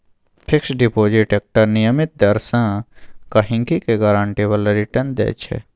fix deposit एकटा नियमित दर सँ गहिंकी केँ गारंटी बला रिटर्न दैत छै